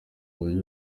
buryo